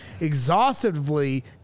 exhaustively